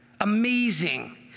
Amazing